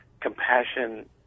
compassion